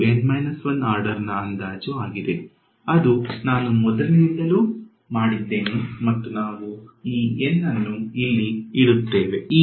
ಇದು N 1 order ನ ಅಂದಾಜು ಆಗಿದೆ ಅದು ನಾವು ಮೊದಲಿನಿಂದಲೂ ಮಾಡಿದ್ದೇವೆ ಮತ್ತು ನಾವು ಈ N ಅನ್ನು ಇಲ್ಲಿ ಇಡುತ್ತೇವೆ